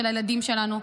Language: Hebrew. של הילדים שלנו,